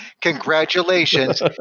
congratulations